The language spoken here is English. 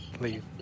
leave